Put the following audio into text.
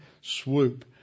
swoop